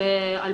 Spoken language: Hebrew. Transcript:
אבל